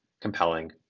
compelling